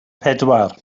pedwar